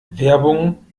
werbung